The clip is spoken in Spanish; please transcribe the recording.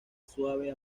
suave